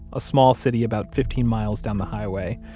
a small city about fifteen miles down the highway,